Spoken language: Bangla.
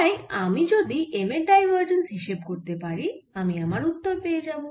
তাই আমি যদি M এর ডাইভারজেন্স হিসেব করতে পারি আমি আমার উত্তর পেয়ে যাবো